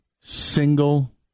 single